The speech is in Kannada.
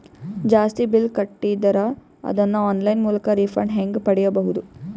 ಜಾಸ್ತಿ ಬಿಲ್ ಕಟ್ಟಿದರ ಅದನ್ನ ಆನ್ಲೈನ್ ಮೂಲಕ ರಿಫಂಡ ಹೆಂಗ್ ಪಡಿಬಹುದು?